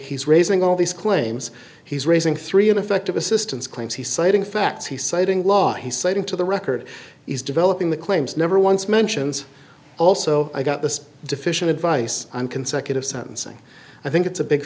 he's raising all these claims he's raising three ineffective assistance claims he's citing facts he's citing laws he's citing to the record is developing the claims never once mentions also i got this deficient advice i'm consecutive sentencing i think it's a big